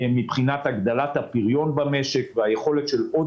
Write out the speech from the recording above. מבחינת הגדלת הפריון במשק והיכולת של עוד